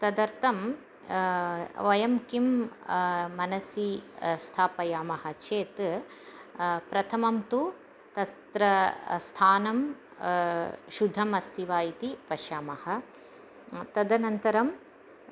तदर्थं वयं किं मनसि स्थापयामः चेत् प्रथमं तु तत्र स्थानं शुद्धम् अस्ति वा इति पश्यामः तदनन्तरम्